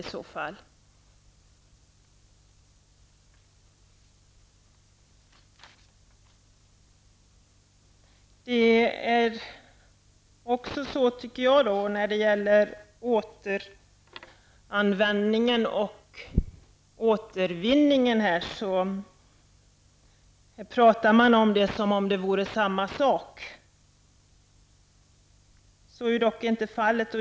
Det talas om återanvändning och återvinning som om det vore samma sak. Så är inte fallet.